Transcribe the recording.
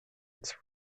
its